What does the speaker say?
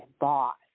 boss